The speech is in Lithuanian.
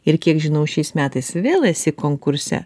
ir kiek žinau šiais metais vėl esi konkurse